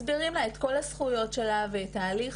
מסבירים לה את כל הזכויות שלה ואת ההליך